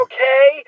Okay